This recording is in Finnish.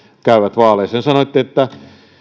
niin sanoitte että